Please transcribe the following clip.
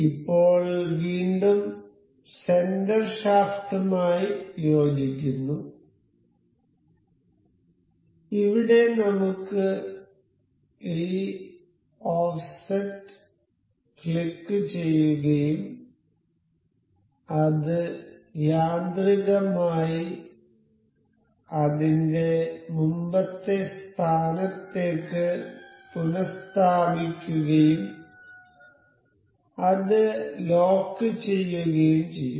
ഇപ്പോൾ വീണ്ടും സെന്റർ ഷാഫ്റ്റുമായി യോജിക്കുന്നു ഇവിടെ നമുക്ക് ഈ ഓഫ്സെറ്റ് ക്ലിക്കുചെയ്യുകയും അത് യാന്ത്രികമായി അതിന്റെ മുമ്പത്തെ സ്ഥാനത്തേക്ക് പുനസ്ഥാപിക്കുകയും അത് ലോക്ക് ചെയ്യുകയും ചെയ്യും